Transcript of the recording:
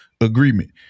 agreement